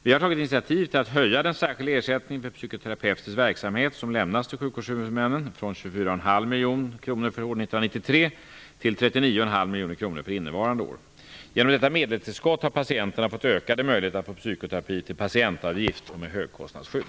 Vi har tagit initiativ till att höja den särskilda ersättningen för psykoterapeutisk verksamhet som lämnas till sjukvårdshuvudmännen från 24,5 miljoner kronor för år 1993 till 39,5 miljoner kronor för innevarande år. Genom detta medelstillskott har patienterna fått ökade möjligheter att få psykoterapi till patientavgift och med högkostnadsskydd.